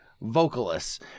vocalists